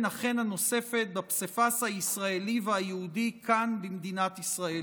החן הנוספת בפסיפס הישראלי והיהודי כאן במדינת ישראל.